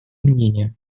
мнению